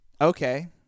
Okay